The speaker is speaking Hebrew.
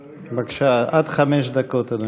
בבקשה, עד חמש דקות, אדוני.